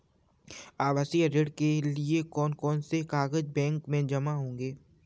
आवासीय ऋण के लिए कौन कौन से कागज बैंक में जमा होंगे?